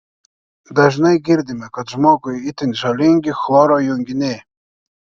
dažnai girdime kad žmogui itin žalingi chloro junginiai